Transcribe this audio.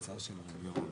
לכולם.